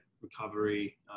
recovery